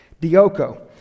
Dioko